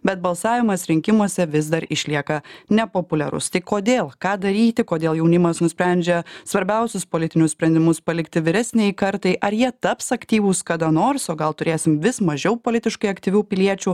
bet balsavimas rinkimuose vis dar išlieka nepopuliarus tai kodėl ką daryti kodėl jaunimas nusprendžia svarbiausius politinius sprendimus palikti vyresnei kartai ar jie taps aktyvūs kada nors o gal turėsim vis mažiau politiškai aktyvių piliečių